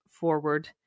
forward